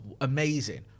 amazing